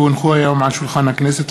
כי הונחו היום על שולחן הכנסת,